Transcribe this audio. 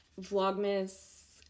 Vlogmas